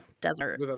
desert